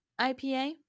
IPA